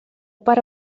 per